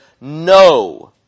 no